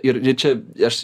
ir čia aš